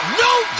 No